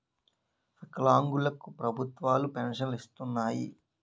వికలాంగులు కు ప్రభుత్వాలు పెన్షన్ను ఇస్తున్నాయి